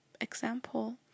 example